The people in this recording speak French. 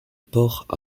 port